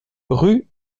rue